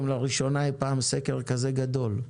לראשונה עשיתם סקר כזה גדול,